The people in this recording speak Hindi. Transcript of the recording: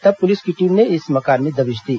तब पुलिस की टीम ने इस मकान में दबिश दी